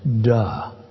Duh